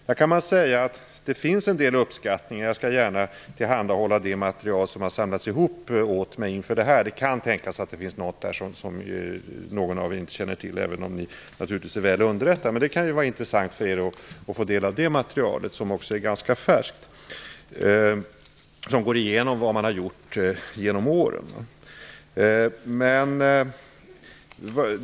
Jag skall gärna tillhandahålla det material som har samlats ihop åt mig inför det här. Det kan tänkas att det finns något där som någon av er inte känner till, även om ni naturligtvis är väl underrättade. Det kan ju vara intressant för er att få del av det materialet, som också är ganska färskt, där man går igenom vad som har gjorts genom åren.